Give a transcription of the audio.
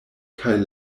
kaj